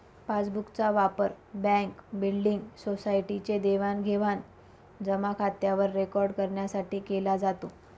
passbook चा वापर bank, building, society चे देवाणघेवाण जमा खात्यावर रेकॉर्ड करण्यासाठी केला जातो